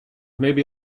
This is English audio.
maybe